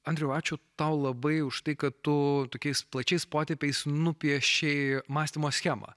andriau ačiū tau labai už tai kad tu tokiais plačiais potėpiais nupiešei mąstymo schemą